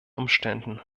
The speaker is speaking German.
umständen